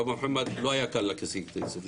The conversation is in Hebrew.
אדוני היושב-ראש מנסור, לא היה קל להשיג את הכסף.